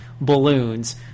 balloons